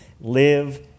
live